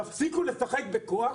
תפסיקו לשחק בכוח,